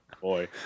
boy